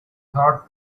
thought